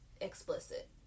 explicit